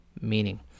meaning